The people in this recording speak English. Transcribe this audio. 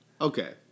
Okay